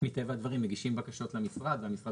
מטבע הדברים מגישים בקשות למשרד והמשרד